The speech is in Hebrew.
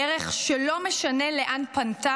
דרך שלא משנה לאן פנתה,